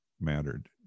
mattered